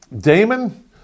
Damon